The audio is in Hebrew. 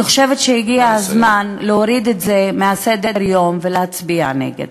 אני חושבת שהגיע הזמן להוריד את זה מסדר-היום ולהצביע נגד.